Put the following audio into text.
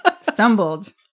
Stumbled